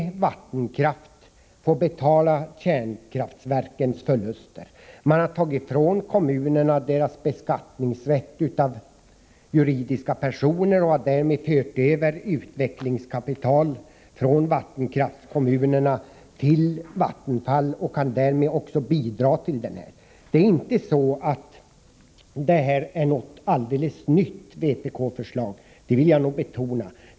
Äldre vattenkraftverk får betala kärnkraftverkens förluster. Man har tagit från kommunerna deras beskattningsrätt av juridiska personer och har därmed fört över utvecklingskapital från vattenkraftskommunerna till Vattenfall. Därmed har man också bidragit till denna situation. Detta är inte något alldeles nytt vpk-förslag. Det vill jag betona.